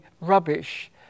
rubbish